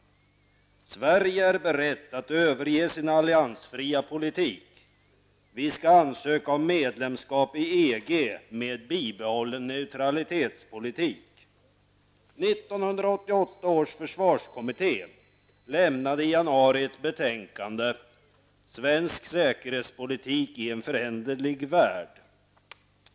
Sverige är berett att överge sin alliansfria politik. Vi skall ansöka om medlemskap i EG med bibehållen neutralitetspolitik. 1988 års försvarskommitté lämnade i januari ett betänkande: ''Svensk säkerhetspolitik i en föränderlig värld''.